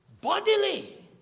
bodily